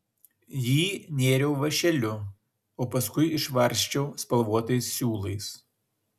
jį nėriau vąšeliu o paskui išvarsčiau spalvotais siūlais